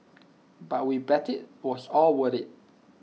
but we bet IT was all worth IT